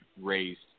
raised